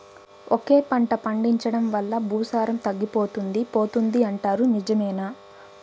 ఒకే పంట పండించడం వల్ల భూసారం తగ్గిపోతుంది పోతుంది అంటారు నిజమేనా